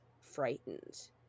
frightened